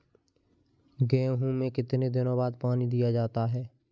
गेहूँ में कितने दिनों बाद पानी दिया जाता है?